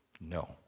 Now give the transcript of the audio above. No